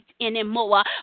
anymore